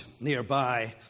nearby